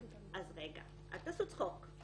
אז רגע, אל תעשו צחוק.